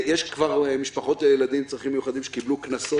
יש כבר משפחות לילדים עם צרכים מיוחדים שקיבלו קנסות.